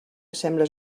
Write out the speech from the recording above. sembles